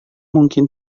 mungkin